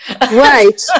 Right